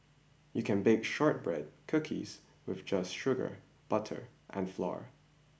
you can bake shortbread cookies with just sugar butter and flour